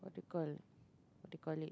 what do you call what do you call it